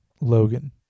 logan